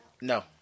No